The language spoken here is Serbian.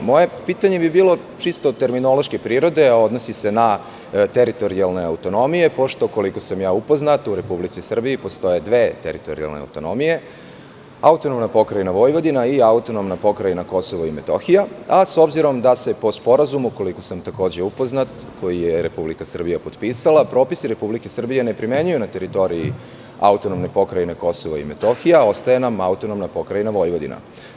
Moje pitanje bi bilo čisto terminološke prirode, a odnosi se na teritorijalne autonomije, pošto, koliko sam ja upoznat, u Republici Srbiji postoje dve teritorijalne autonomije - AP Vojvodina i AP Kosovo i Metohija i s obzirom da se po sporazumu, koliko sam upoznat, koji je Republika Srbija potpisala, propisi Republike Srbije ne primenjuju na teritoriji AP Kosovo i Metohija, ostaje nam AP Vojvodina.